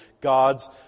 God's